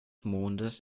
mondes